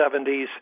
1970s